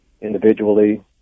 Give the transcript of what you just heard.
individually